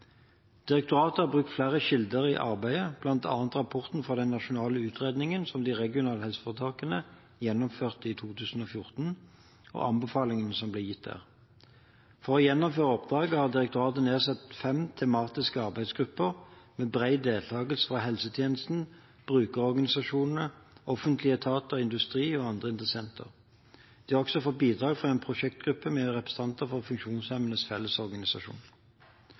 Direktoratet har brukt flere kilder i arbeidet, bl.a. rapporten fra den nasjonale utredningen som de regionale helseforetakene gjennomførte i 2014, og anbefalingene som ble gitt der. For å gjennomføre oppdraget har direktoratet nedsatt fem tematiske arbeidsgrupper med bred deltakelse fra helsetjenesten, brukerorganisasjonene, offentlige etater, industri og andre interessenter. De har også fått bidrag fra en prosjektgruppe med representanter fra Funksjonshemmedes